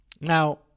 Now